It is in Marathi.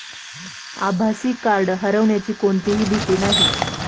आभासी कार्ड हरवण्याची कोणतीही भीती नाही